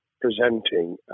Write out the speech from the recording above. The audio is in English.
presenting